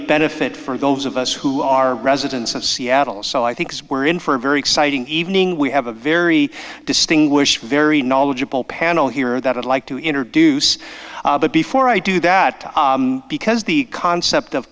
benefit for those of us who are residents of seattle so i think we're in for a very exciting evening we have a very distinguished very knowledgeable panel here that i'd like to introduce but before i do that because the concept of